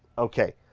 okay,